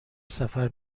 سفر